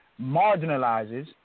marginalizes